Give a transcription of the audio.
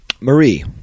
Marie